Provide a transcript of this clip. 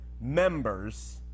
members